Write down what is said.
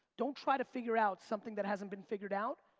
don't try to figure out something that hasn't been figured out.